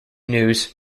news